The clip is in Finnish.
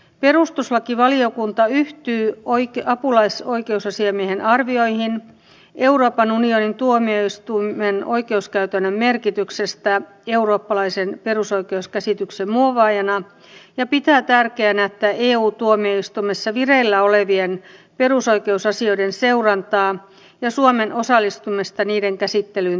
perustuslakivaliokunta yhtyy apulaisoikeusasiamiehen arvioihin euroopan unionin tuomioistuimen oikeuskäytännön merkityksestä eurooppalaisen perusoikeuskäsityksen muovaajana ja pitää tärkeänä että eu tuomioistuimessa vireillä olevien perusoikeusasioiden seurantaa ja suomen osallistumista niiden käsittelyyn tehostetaan